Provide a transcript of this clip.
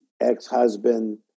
ex-husband